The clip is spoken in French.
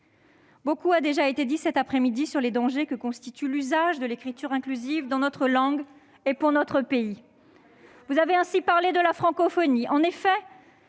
Beaucoup a déjà été dit cet après-midi sur les dangers que constitue l'usage de l'écriture inclusive pour notre langue et pour notre pays. Vous avez ainsi parlé de la francophonie.